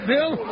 Bill